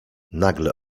nagle